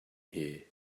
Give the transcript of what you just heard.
here